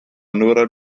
nura